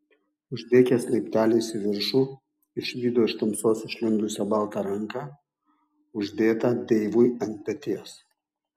užlėkęs laipteliais į viršų išvydo iš tamsos išlindusią baltą ranką uždėtą deivui ant peties